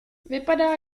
vypadá